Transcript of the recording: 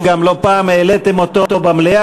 גם לא פעם העליתם אותו במליאה,